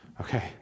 Okay